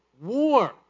war